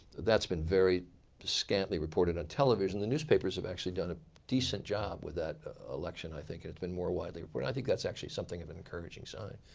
that's been very scantly reported on television. the newspapers have actually done a decent job with that election i think. it's been more widely reported. and i think that's actually something of an encouraging sign.